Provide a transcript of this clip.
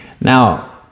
Now